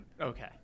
Okay